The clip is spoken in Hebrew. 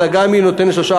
אלא גם היא נותנת שלושה,